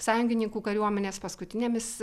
sąjungininkų kariuomenės paskutinėmis